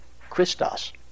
Christos